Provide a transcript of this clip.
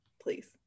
please